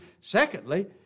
Secondly